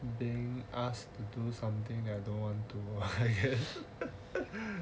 being asked to do something I don't want to I guess